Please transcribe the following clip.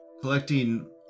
Collecting